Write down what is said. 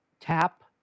tap